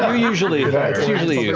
ah usually it's usually you,